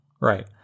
Right